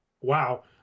Wow